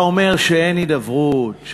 אתה אומר שאין הידברות,